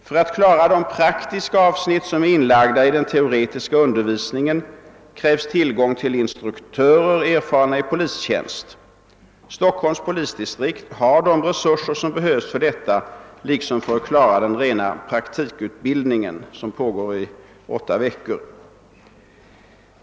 För att klara de praktiska avsnitt som är inlagda i den teoretiska undervisningen krävs tillgång till instruktörer erfarna i polistjänst. Stockholms polisdistrikt har de resurser som behövs för detta liksom för att klara den rena praktikutbildningen som pågår i åtta veckor.